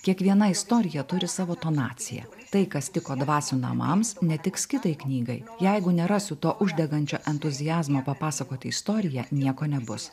kiekviena istorija turi savo tonaciją tai kas tiko dvasių namams netiks kitai knygai jeigu nerasiu to uždegančio entuziazmo papasakoti istoriją nieko nebus